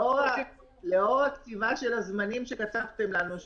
לאור הזמנים שקצבתם לנו,